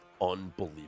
unbelievable